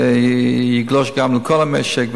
זה גם יגלוש לכל המשק,